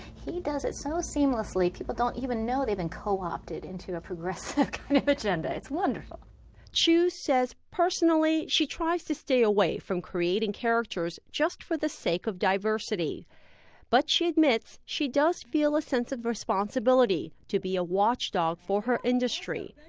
he does it so seamlessly people don't even know they've been co-opted into a progressive kind of agenda, it's wonderful. minnie roh chu says personally she tries to stay away from creating characters just for the sake of diversity but she admits she does feel a sense of responsibility to be a watchdog for her industry,